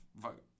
vote